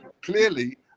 clearly